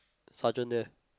sergeant there